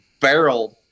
barreled